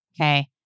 Okay